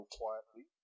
quietly